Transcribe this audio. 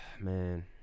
man